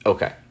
Okay